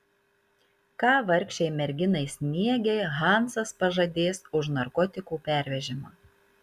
ką vargšei merginai sniegei hansas pažadės už narkotikų pervežimą